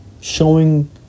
showing